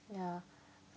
ya